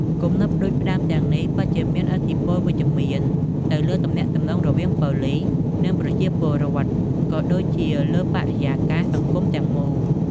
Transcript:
គំនិតផ្តួចផ្តើមទាំងនេះពិតជាមានឥទ្ធិពលវិជ្ជមានទៅលើទំនាក់ទំនងរវាងប៉ូលិស និងប្រជាពលរដ្ឋ ក៏ដូចជាលើបរិយាកាសសង្គមទាំងមូល។